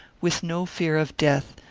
with no fear of death,